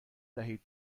دهید